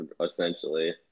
essentially